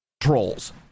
trolls